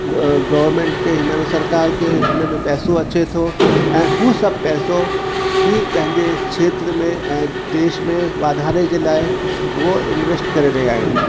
government खे हिन में सरकार खे हिन में पैसो अचे थो ऐं उहो सभु पैसो इहे पंहिंजे देश में वाधारे जे लाइ उहे इनवेस्ट करे रहिया आहिनि